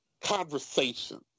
conversations